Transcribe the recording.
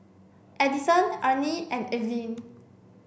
Edison Ernie and Evelyne